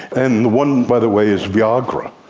and one, by the way, is viagra.